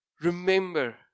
remember